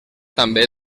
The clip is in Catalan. també